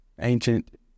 ancient